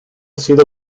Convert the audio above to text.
sido